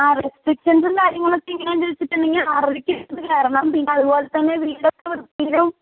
ആ റെസ്ട്രിക്ഷൻസും കാര്യങ്ങളൊക്കെ എങ്ങനെയാന്ന് വെച്ചിട്ടുണ്ടെങ്കിൽ ആറരയ്ക്ക് മുമ്പ് കയറണം പിന്നതുപോലെ തന്നെ വീടൊക്കെ വൃത്തീലും